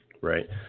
right